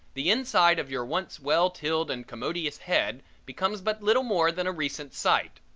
the inside of your once well-tilled and commodious head becomes but little more than a recent site.